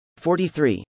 43